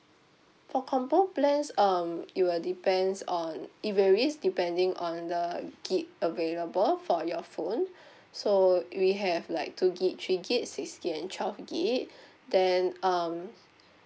for combo plans um it will depends on it varies depending on the gig available for your phone so we have like two gig three gig six gig and twelve gig then um